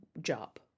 job